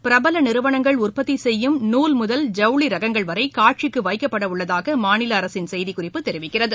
பிரபல நிறுவனங்கள் உற்பத்தி செய்யும் நூல் முதல் ஜவுளி ரகங்கள் வரை காட்சிக்கு வைக்கப்பட உள்ளதாக மாநில அரசின் செய்திக் குறிப்பு தெரிவிக்கிறது